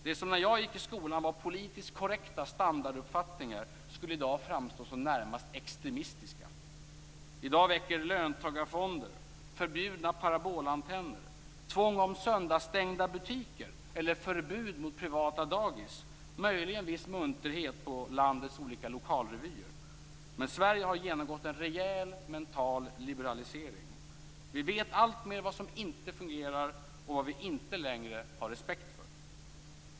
Det som när jag gick i skolan var politiskt korrekta standarduppfattningar skulle i dag framstå som närmast extremistiska. I dag väcker löntagarfonder, förbjudna parabolantenner, tvång om söndagsstängda butiker eller förbud mot privata dagis möjligen en viss munterhet på landets olika lokalrevyer. Men Sverige har genomgått en rejäl mental liberalisering. Vi vet alltmer vad som inte fungerar och vad vi inte längre har respekt för.